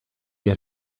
get